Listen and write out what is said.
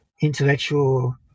intellectual